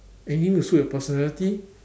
any will suit your personality